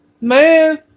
man